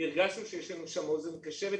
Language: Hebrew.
הרגשנו שיש לנו שם אוזן קשבת.